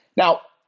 now,